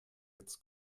jetzt